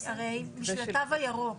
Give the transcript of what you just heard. בשביל התו הירוק,